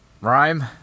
rhyme